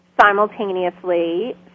simultaneously